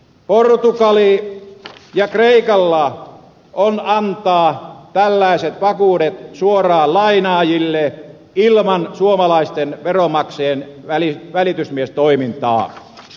portugalilla ja kreikalla on antaa tällaiset vakuudet suoraan lainaajille ilman suomalaisten veronmaksajien välitysmiestoimintaa